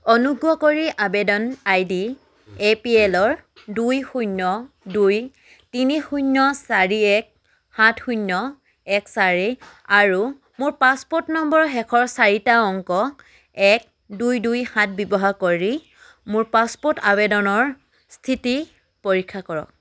অনুগ্ৰহ কৰি আবেদন I D A P L দুই শূন্য দুই তিনি শূন্য চাৰি এক সাত শূন্য এক চাৰি আৰু মোৰ পাছপোৰ্ট নম্বৰৰ শেষৰ চাৰিটা অংক এক দুই দুই সাত ব্যৱহাৰ কৰি মোৰ পাছপোৰ্ট আবেদনৰ স্থিতি পৰীক্ষা কৰক